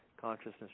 consciousness